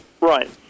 Right